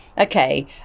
okay